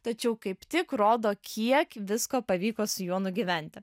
tačiau kaip tik rodo kiek visko pavyko su juo nugyventi